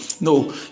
no